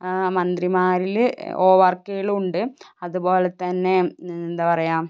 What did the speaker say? മന്ത്രിമാരിൽ O R Kelu ഉണ്ട് അതുപോലെതന്നെ എന്താ പറയുക